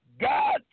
God